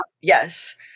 Yes